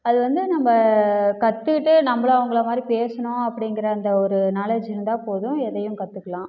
அது வந்து நம்ம கற்றுக்கிட்டு நம்மளும் அவங்கள மாதிரி பேசணும் அப்படிங்கிற அந்த ஒரு நாலேஜ் இருந்தால் போதும் எதையும் கற்றுக்கலாம்